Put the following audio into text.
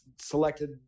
selected